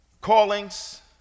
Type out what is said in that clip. callings